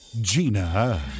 Gina